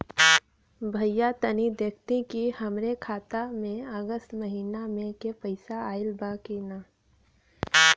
भईया तनि देखती की हमरे खाता मे अगस्त महीना में क पैसा आईल बा की ना?